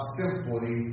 simply